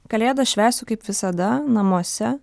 kalėdas švęsiu kaip visada namuose